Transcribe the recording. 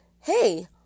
Hey